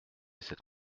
cette